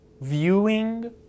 viewing